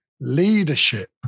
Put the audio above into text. leadership